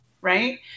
Right